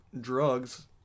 drugs